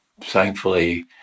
thankfully